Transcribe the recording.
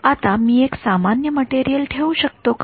आता मी एक सामान्य मटेरियल ठेवू शकतो का